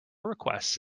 requests